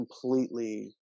completely